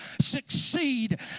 succeed